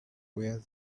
where